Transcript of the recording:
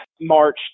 March